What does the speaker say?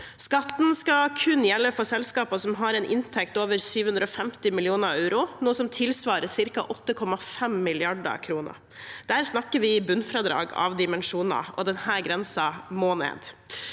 Skatten skal kun gjelde for selskaper som har en inntekt over 750 mill. euro, noe som tilsvarer ca. 8,5 mrd. kr. Der snakker vi bunnfradrag av dimensjoner, og denne grensen må ned.